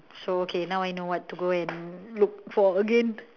so okay now I know what to go and look for again